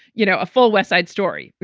you know, a full west side story.